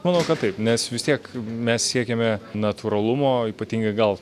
manau kad taip nes vis tiek mes siekiame natūralumo ypatingai gal